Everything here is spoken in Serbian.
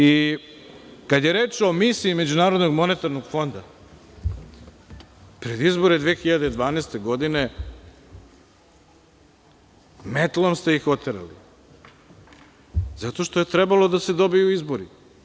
I kada je reč o misiji Međunarodnog monetarnog fonda, pred izbore 2012. godine, metlom ste ih oterali, zato što je trebalo da se dobiju izbori.